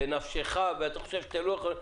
אם זה בנפשך ואתה חושב שאתם לא יכולים,